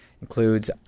includes